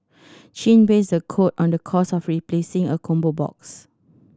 chin based the quote on the cost of replacing a combo box